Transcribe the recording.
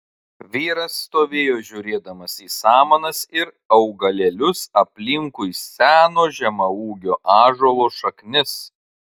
vyras stovėjo žiūrėdamas į samanas ir augalėlius aplinkui seno žemaūgio ąžuolo šaknis